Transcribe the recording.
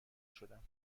شدم